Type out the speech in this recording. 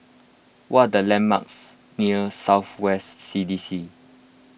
what are the landmarks near South West C D C